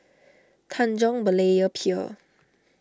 Tanjong Berlayer Pier